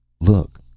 Look